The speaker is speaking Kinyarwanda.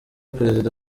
perezida